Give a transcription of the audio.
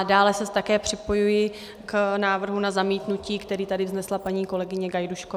Dále se také připojuji k návrhu na zamítnutí, který tady vznesla paní kolegyně Gajdůšková.